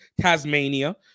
Tasmania